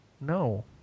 no